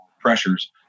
pressures